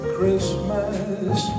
Christmas